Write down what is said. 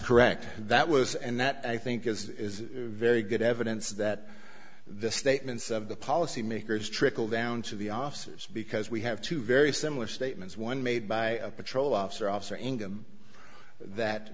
correct and that was and that i think is very good evidence that the statements of the policymakers trickle down to the officers because we have two very similar statements one made by a patrol officer officer in them that